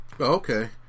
okay